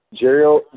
Jerry